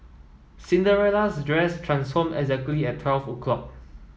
Cinderella's dress transformed exactly at twelve o'clock